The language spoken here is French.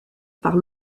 par